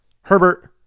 Herbert